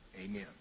Amen